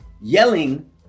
yelling